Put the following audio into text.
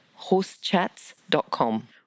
horsechats.com